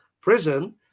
prison